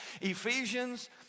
Ephesians